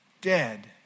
dead